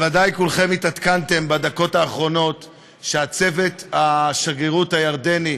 בוודאי כולכם התעדכנתם בדקות האחרונות שצוות השגרירות בירדן,